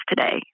today